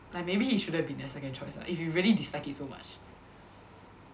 like maybe it shouldn't have been their second choice ah if you really dislike it so much